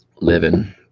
living